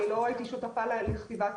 אני לא הייתי שותפה לכתיבת החוק.